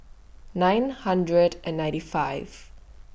nine hundred and ninety five